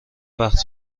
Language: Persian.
وقت